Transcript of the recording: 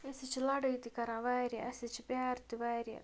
أسۍ حظ چھِ لَڑٲے تہِ کَران واریاہ اَسہِ حظ چھِ پیار تہِ واریاہ